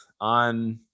on